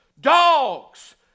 Dogs